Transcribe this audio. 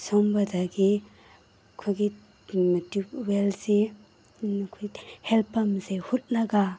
ꯁꯤꯒꯨꯝꯕꯗꯒꯤ ꯑꯩꯈꯣꯏꯒꯤ ꯇ꯭ꯌꯨꯕ ꯋꯦꯜꯁꯤ ꯑꯩꯈꯣꯏꯒꯤ ꯍꯦꯜ ꯄꯝꯁꯤ ꯍꯨꯠꯂꯒ